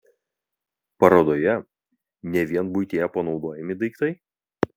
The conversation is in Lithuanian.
parodoje ne vien buityje panaudojami daiktai